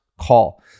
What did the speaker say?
call